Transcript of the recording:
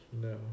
No